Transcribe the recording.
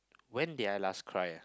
when did I last cry ah